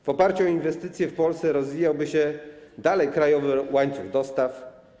W oparciu o inwestycje w Polsce rozwijałby się dalej krajowy łańcuch dostaw.